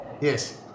Yes